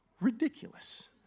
ridiculous